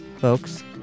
folks